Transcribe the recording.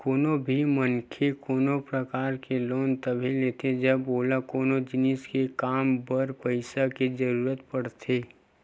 कोनो भी मनखे कोनो परकार के लोन तभे लेथे जब ओला कोनो जिनिस के काम बर पइसा के जरुरत पड़थे